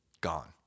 Gone